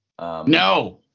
No